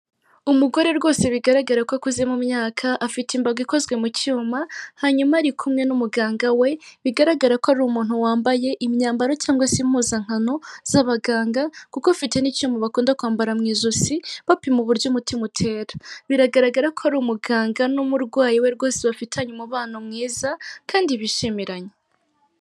Umugore rwose bigaragara ko akuze mu myaka, afite imbago ikozwe mu cyuma. Hanyuma ari kumwe n'umuganga we, bigaragara ko ari umuntu wambaye imyambaro cyangwa se impuzankano z'abaganga, kuko afite n'cyuma bakunda kwambara mu ijosi bapima uburyo umutima utera. Biragaragara ko ari umuganga n'umurwayi we rwose bafitanye umubano mwiza kandi bishimiranye.